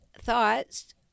thoughts